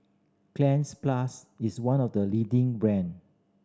plus is one of the leading brand